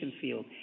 field